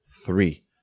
three